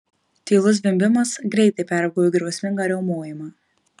tylus zvimbimas greitai peraugo į griausmingą riaumojimą